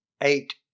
eight